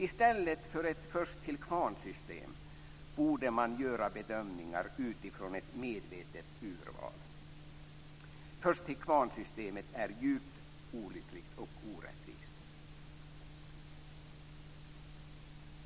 I stället för ett först-till-kvarn-system borde man göra bedömningar utifrån ett medvetet urval. Först-tillkvarn-systemet är djupt olyckligt och orättvist.